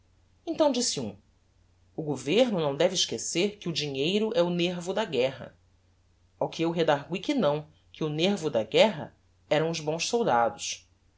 então disse um o governo não deve esquecer que o dinheiro é o nervo da guerra ao que eu redargui que não que o nervo da guerra eram os bons soldados